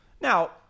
now